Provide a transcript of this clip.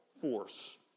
force